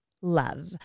love